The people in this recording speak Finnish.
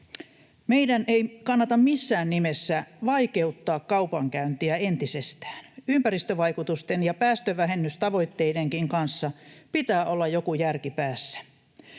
Meidän ei kannata missään nimessä vaikeuttaa kaupankäyntiä entisestään. Ympäristövaikutusten ja päästövähennystavoitteidenkin kanssa pitää olla joku järki päässä.